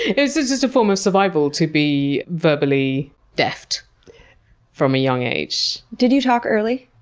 it was just a form of survival to be verbally deft from a young age. did you talk early?